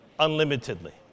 unlimitedly